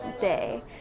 day